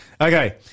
Okay